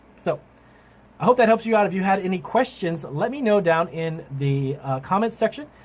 so i hope that helps you out. if you had any questions let me know down in the comment section.